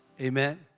Amen